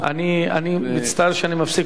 אני מצטער שאני מפסיק אותך,